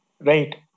Right